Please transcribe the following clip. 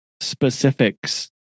specifics